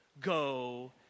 go